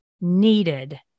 needed